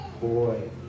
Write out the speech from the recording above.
boy